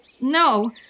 no